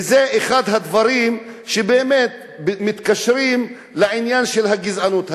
וזה אחד הדברים שבאמת מתקשרים לעניין של הגזענות.